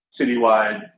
citywide